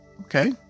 Okay